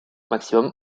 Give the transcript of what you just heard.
maximum